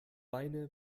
beine